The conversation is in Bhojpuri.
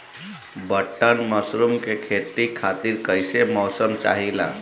बटन मशरूम के खेती खातिर कईसे मौसम चाहिला?